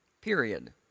period